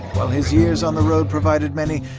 while his years on the road provided many,